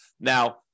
Now